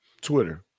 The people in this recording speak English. Twitter